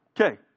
Okay